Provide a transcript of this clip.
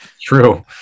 True